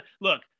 look